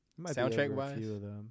soundtrack-wise